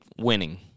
winning